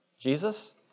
Jesus